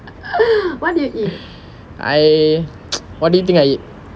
I what do you think I eat